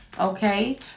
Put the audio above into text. okay